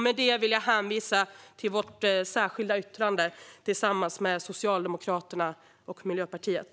Med det vill jag hänvisa till vårt särskilda yttrande tillsammans med Socialdemokraterna och Miljöpartiet.